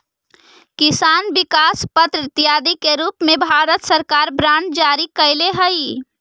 किसान विकास पत्र इत्यादि के रूप में भारत सरकार बांड जारी कैले हइ